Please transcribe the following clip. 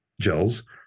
gels